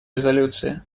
резолюции